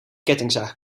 kettingzaag